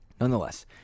Nonetheless